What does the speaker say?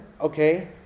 okay